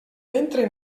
ventre